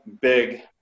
big